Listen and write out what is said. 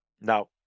now